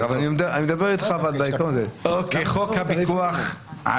שמטילה רשות התעופה האזרחית),